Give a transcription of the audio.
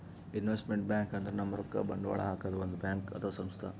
investment bank ಅಂದ್ರ ನಮ್ ರೊಕ್ಕಾ ಬಂಡವಾಳ್ ಹಾಕದ್ ಒಂದ್ ಬ್ಯಾಂಕ್ ಅಥವಾ ಸಂಸ್ಥಾ